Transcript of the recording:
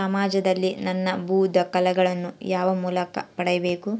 ಸಮಾಜದಲ್ಲಿ ನನ್ನ ಭೂ ದಾಖಲೆಗಳನ್ನು ಯಾವ ಮೂಲಕ ಪಡೆಯಬೇಕು?